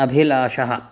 अभिलाषः